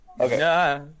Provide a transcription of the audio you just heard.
Okay